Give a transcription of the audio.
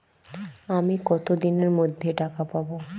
আমি কতদিনের মধ্যে টাকা পাবো?